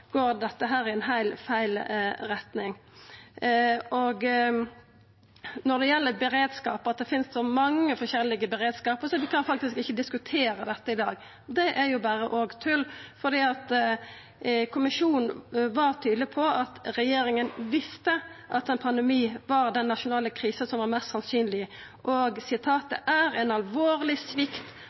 går dette i heilt feil retning. Når det gjeld beredskap og at det finst så mange forskjellige beredskapar, så vi kan faktisk ikkje diskutera dette i dag, er det òg berre tull, for kommisjonen var tydeleg på at regjeringa visste at ein pandemi var den mest sannsynlege nasjonale krisa. Dei seier: «Det er en alvorlig svikt